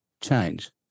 change